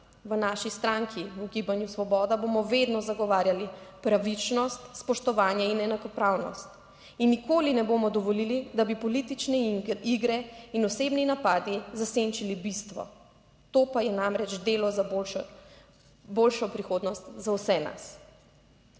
v naši stranki, v Gibanju Svoboda bomo vedno zagovarjali pravičnost, spoštovanje in enakopravnost in nikoli ne bomo dovolili, da bi politične igre in osebni napadi zasenčili bistvo, to pa je namreč delo za boljšo, boljšo prihodnost za vse nas.